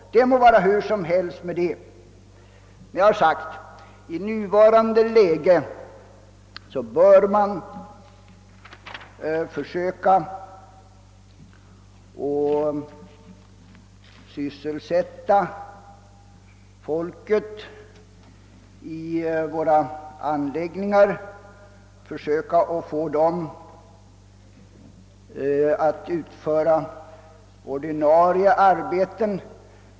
Men det må vara hur som helst med det. Jag har sagt att man i nuvarande läge bör försöka sysselsätta folket i våra anläggningar, försöka få människorna att utföra ordinarie arbeten.